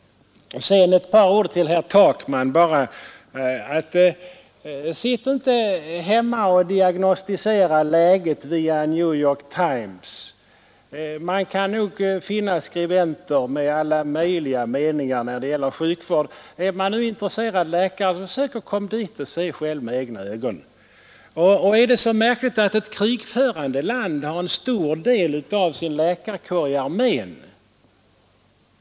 Sedan ett par ord till herr Takman. Sitt inte hemma och diagnostisera det medicinska läget via New York Times. Man kan nog finna skribenter med alla möjliga meningar när det gäller sjukvård. Är man nu en intresserad läkare, försök komma dit och se själv med egna ögon! Och är det så märkligt att ett krigförande land har en stor del av sin läkarkår i armén?